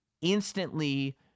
instantly